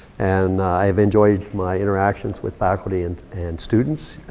and i've enjoyed my interactions with faculty and and students.